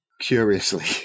Curiously